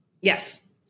Yes